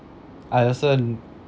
I also